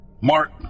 Mark